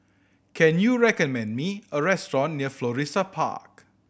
can you recommend me a restaurant near Florissa Park